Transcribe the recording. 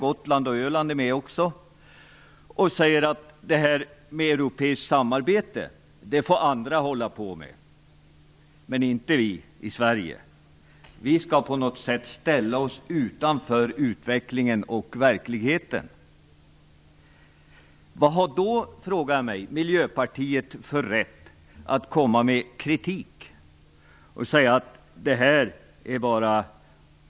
Gotland och Öland är också med. Han säger att det europeiska samarbetet får andra hålla på med. Men inte vi i Sverige! Vi skall på något sätt ställa oss utanför utvecklingen och verkligheten. Jag frågar mig vilken rätt Miljöpartiet har att komma med kritik, och säga att EU bara är skräp.